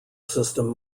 system